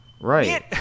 Right